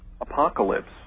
apocalypse